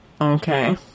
Okay